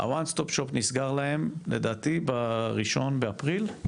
ה-"one stop shop" נסגר להם, לדעתי, באחד באפריל.